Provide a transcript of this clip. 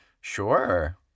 Sure